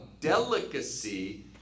delicacy